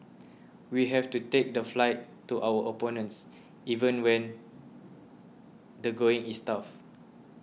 we have to take the fight to our opponents even when the going is tough